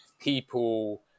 People